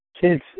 Kids